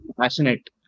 passionate